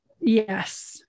Yes